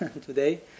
today